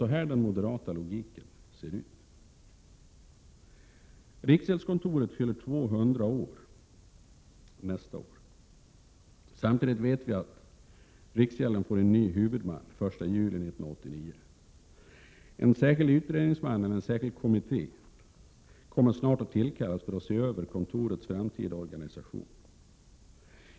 Så ser den moderata logiken ut. Riksgäldskontoret fyller 200 år nästa år. Vi vet att riksgälden får en ny huvudman den 1 juli 1989. En särskild kommitté kommer snart att tillkallas för att se över kontorets framtida organisation.